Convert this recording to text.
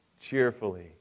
cheerfully